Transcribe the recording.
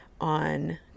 on